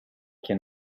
can